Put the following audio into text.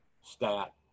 stat